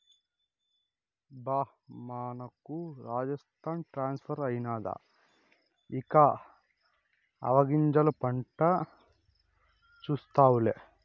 బా మనకు రాజస్థాన్ ట్రాన్స్ఫర్ అయినాది ఇక ఆవాగింజల పంట చూస్తావులే